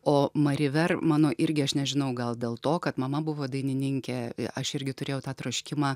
o mari ver mano irgi aš nežinau gal dėl to kad mama buvo dainininkė aš irgi turėjau tą troškimą